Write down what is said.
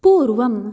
पूर्वम्